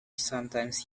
sometimes